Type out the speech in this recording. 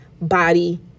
body